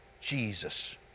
Jesus